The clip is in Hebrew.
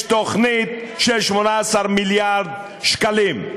יש תוכנית של 18 מיליארד שקלים.